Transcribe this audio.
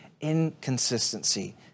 inconsistency